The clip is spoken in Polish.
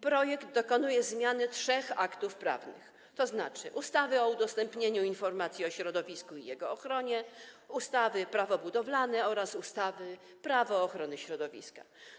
Projekt dokonuje zmiany trzech aktów prawnych, tzn. ustawy o udostępnieniu informacji o środowisku i jego ochronie, ustawy Prawo budowlane oraz ustawy Prawo ochrony środowiska.